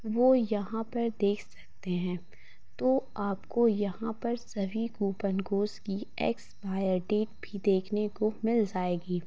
वो यहाँ पर देख सकते हैं तो आपको यहाँ पर सभी कूपन कोस की एक्सपायर डेट भी देखने को मिल जाएगी